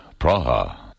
Praha